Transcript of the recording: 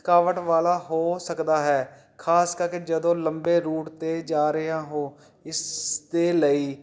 ਥਕਾਵਟ ਵਾਲਾ ਹੋ ਸਕਦਾ ਹੈ ਖ਼ਾਸ ਕਰਕੇ ਜਦੋਂ ਲੰਬੇ ਰੂਟ 'ਤੇ ਜਾ ਰਿਹਾ ਹੋ ਉਹ ਇਸਦੇ ਲਈ